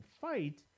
fight